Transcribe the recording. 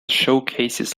showcases